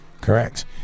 Correct